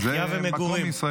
זה מקום ישראלי.